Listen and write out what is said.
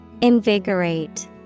Invigorate